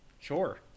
Sure